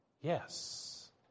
Yes